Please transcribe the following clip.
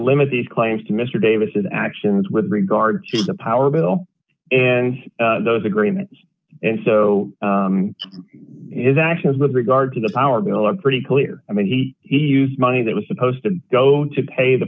limit these claims to mr davis actions with regard to the power bill and those agreements and so in the actions with regard to the power bill are pretty clear i mean he he used money that was supposed to go to pay the